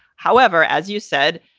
however, as you said.